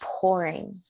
pouring